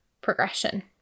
progression